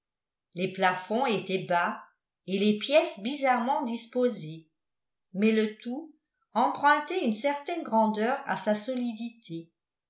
les plafonds étaient bas et les pièces bizarrement disposées mais le tout empruntait une certaine grandeur à sa solidité